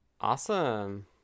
Awesome